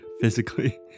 physically